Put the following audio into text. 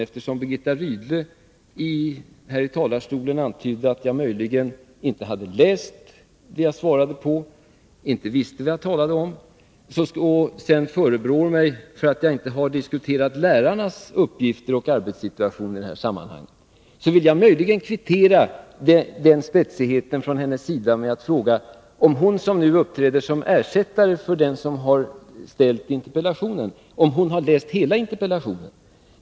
Eftersom Birgitta Rydle här från talarstolen antydde att jag möjligen inte hade läst den interpellation som jag svarade på och inte visste vad jag talade om och sedan förebrådde mig för att jag inte diskuterar lärarnas uppgifter och arbetssituation i detta sammanhang, vill jag kvittera den spetsigheten från hennes sida med att fråga om hon, som nu uppträder som ersättare för den som ställt interpellationen, har läst hela interpellationen.